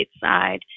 side